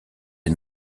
est